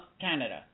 Canada